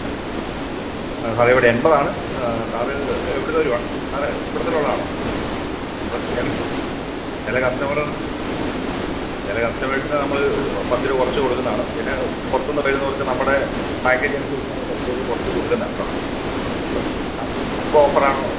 മ്മ് സാറെ ഇവിടെ എൺപതാണ് സാറ് എവിടുന്നു വരുവാണ് സാർ ഇവിടെ തന്നെ ഉള്ള ആണോ വർക്ക് അല്ലേ ചില കസ്റ്റമറും ചില കസ്റ്റമേഴ്സിന് നമ്മള് പത്തുരൂപ കുറച്ച് കൊടുക്കുന്നതാണ് പിന്നെ പുറത്ത് നിന്ന് വരുന്നവർക്ക് നമ്മുടെ പാക്കേജ് അനുസരിച്ച് നമ്മള് പത്തുരൂപ കുറച്ച് കൊടുക്കുന്നതാണ് സാറേ അപ്പം കോംബോ ഓഫറാണോ